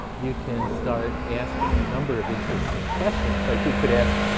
you can start asking a number of interesting questions. like we could ask,